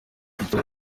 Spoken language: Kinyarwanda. icyenda